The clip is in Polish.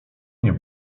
nie